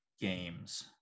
games